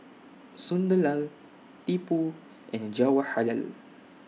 Sunderlal Tipu and Jawaharlal